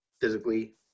physically